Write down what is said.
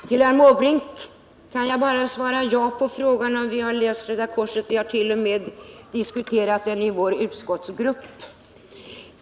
Herr talman! Till herr Måbrink vill jag säga att jag bara kan svara ja på frågan, om vi har läst Röda korsets utredning. Vi har t.o.m. diskuterat förslaget i vår utskottsgrupp.